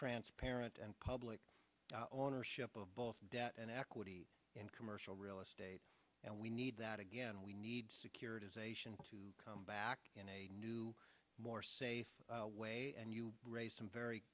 transparent and public ownership of both debt and equity in commercial real estate and we need that again we need securitization to come back in a new more safe way and you raise some very